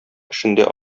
эшендә